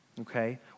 okay